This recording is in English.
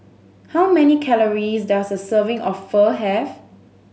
how many calories does a serving of Pho have